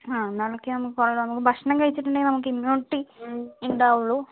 ആ എന്നാൽ അതൊക്കെയാണ് പറയാനുള്ളത് ഭക്ഷണം കഴിച്ചിട്ടുണ്ടെങ്കിൽ നമുക്ക് ഇമ്മ്യൂണിറ്റി ഉണ്ടാവുള്ളൂ